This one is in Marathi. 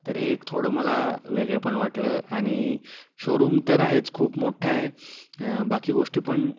तर हे एक थोडं मला वेगळेपण वाटलं आणि शोरूम तर आहेच खूप मोठं आहे बाकी गोष्टी पण